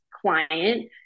client